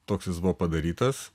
toks jis buvo padarytas